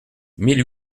mille